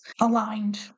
aligned